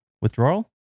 withdrawal